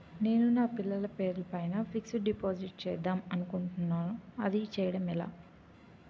నేను నా పిల్లల పేరు పైన ఫిక్సడ్ డిపాజిట్ చేద్దాం అనుకుంటున్నా అది చేయడం ఎలా?